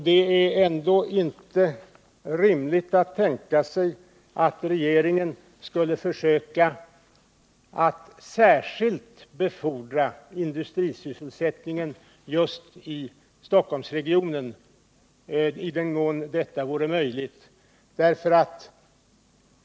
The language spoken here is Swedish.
Det är ändå inte rimligt att tänka sig att regeringen skulle försöka att särskilt befordra industrisysselsättningen just i Stockholmsregionen i den mån detta vore möjligt.